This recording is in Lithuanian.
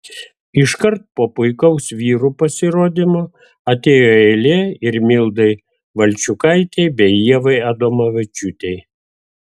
iškart po puikaus vyrų pasirodymo atėjo eilė ir mildai valčiukaitei bei ievai adomavičiūtei